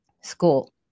school